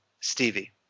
Stevie